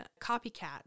copycat